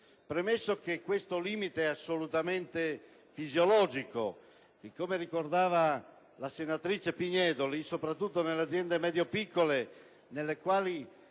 per cento. Questo limite è assolutamente fisiologico e, come ricordava la senatrice Pignedoli, soprattutto nelle aziende medio-piccole questo